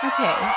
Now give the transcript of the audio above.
Okay